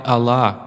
Allah